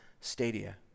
stadia